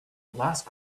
lost